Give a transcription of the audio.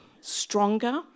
stronger